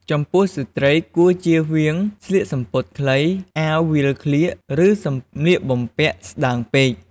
ចំពោះស្ត្រីគួរជៀសវាងស្លៀកសំពត់ខ្លី អាវវាលក្លៀក ឬសម្លៀកបំពាក់ស្តើងពេក។